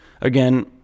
again